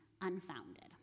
unfounded